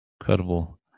Incredible